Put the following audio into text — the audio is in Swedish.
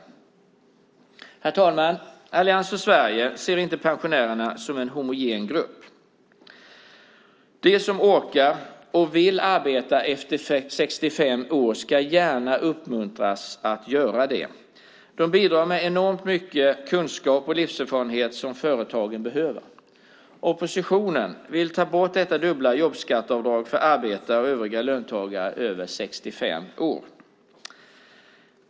Herr talman! Allians för Sverige ser inte pensionärerna som en homogen grupp. De som orkar och vill arbeta efter 65 år ska gärna uppmuntras att göra det. De bidrar med enormt mycket kunskap och livserfarenhet som företagen behöver. Oppositionen vill ta bort detta dubbla jobbskatteavdrag för arbetare och övriga löntagare över 65 år.